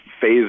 phase